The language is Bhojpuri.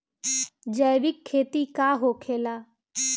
जैविक खेती का होखेला?